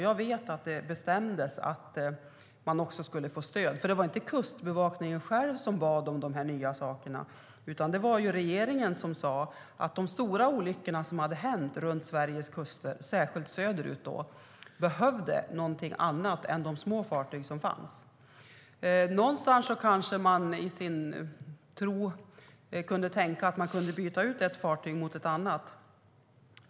Jag vet att det bestämdes att man skulle få stöd. Det var inte Kustbevakningen själv som bad om de nya sakerna, utan det var regeringen som sade att det med tanke på de stora olyckor som hade hänt vid Sveriges kuster, särskilt söderut, behövdes någonting annat än de småfartyg som fanns. Någonstans kunde man kanske tänka sig att byta ut ett fartyg mot ett annat.